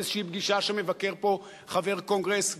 באיזושהי פגישה שמבקר פה חבר קונגרס,